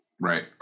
Right